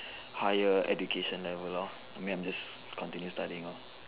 higher education level lor I mean I'm just continue studying lor